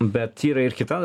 bet yra ir kita